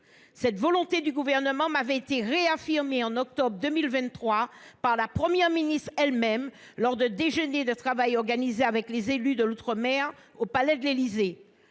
Cette volonté du Gouvernement m’avait été réaffirmée en octobre 2023 par la Première ministre, lors d’un déjeuner de travail rassemblant les élus d’outre mer au palais de l’Élysée.